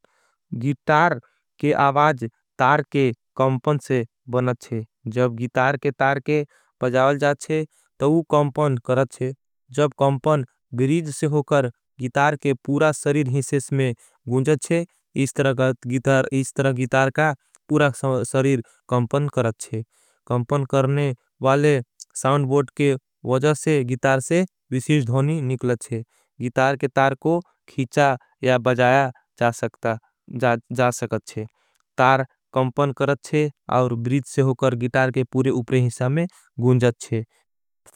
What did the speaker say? गितार के आवाज तार के कॉंपन से बनत शे। जब गितार के तार के बजावल जाचचे तो वो। कॉंपन करचे जब कॉंपन बिरीज से होकर गितार। के पूरा सरीर हिसेस में गुञचचे इस तरह गितार। का पूरा सरीर कॉंपन करचे कॉंपन करने वाले। साउनबोर्ट के वज़ा सेगितार से विशीश धोनी। निकलत शे गितार के तार को खीचा या बजाया। जा सकत शे तार कॉंपन करचे और बिरीज से। होकर गितार के पूरे उपरे हिसा में गुञचचे।